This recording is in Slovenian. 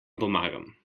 pomagam